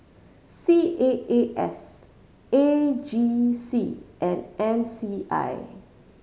C A A S A G C and M C I